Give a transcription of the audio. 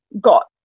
got